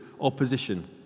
opposition